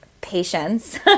patience